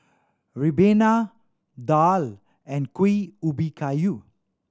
ribena daal and Kuih Ubi Kayu